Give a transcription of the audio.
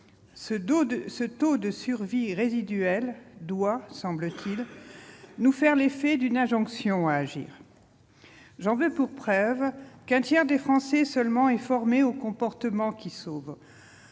Ce taux de survie résiduel doit, me semble-t-il, nous faire l'effet d'une injonction à agir. J'en veux pour preuve qu'un tiers des Français seulement est formé aux comportements qui sauvent.